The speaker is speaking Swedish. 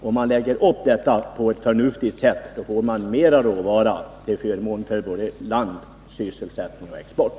Om man lägger upp hanteringen på ett förnuftigt sätt, får man fram mera råvara, vilket är till förmån för både sysselsättning och export.